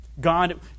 God